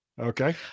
Okay